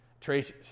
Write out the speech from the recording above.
Tracy